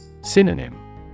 Synonym